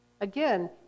Again